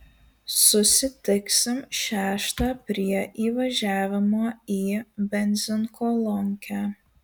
susitiksim šeštą prie įvažiavimo į benzinkolonkę